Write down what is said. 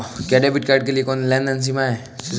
क्या debit card के लिए कोई लेनदेन सीमा है?